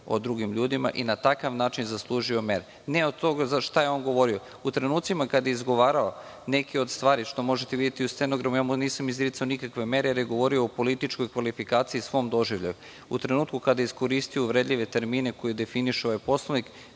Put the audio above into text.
o drugim ljudima i na takav način zaslužio mere, ne od toga za šta je on govorio.U trenucima kada je izgovarao neke od stvari, što možete videti i u stenogramu, ja mu nisam izricao nikakve mere jer je govorio o političkoj kvalifikaciji i svom doživljaju. U trenutku kada je iskoristio uvredljive termine koji definiše ovaj poslovnik,